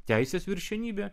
teisės viršenybė